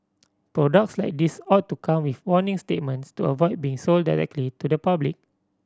products like these ought to come with warning statements to avoid being sold directly to the public